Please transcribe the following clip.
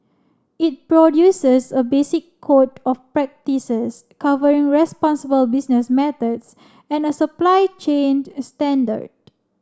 it produces a basic code of practices covering responsible business methods and a supply chain standard